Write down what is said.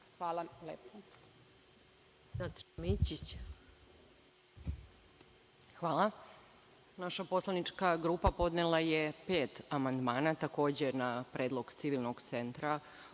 Mićić** Hvala. Naša poslanička grupa podnela je pet amandmana, takođe na predlog civilnog centra,